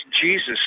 Jesus